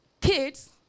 Kids